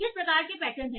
किस प्रकार के पैटर्न हैं